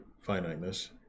finiteness